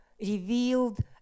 revealed